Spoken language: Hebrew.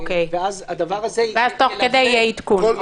ואז הדבר הזה --- ותוך כדי יהיה עדכון.